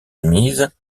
émises